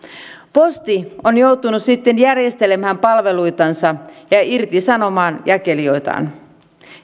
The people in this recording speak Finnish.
posti on joutunut sitten järjestelemään palveluitansa ja irtisanomaan jakelijoitaan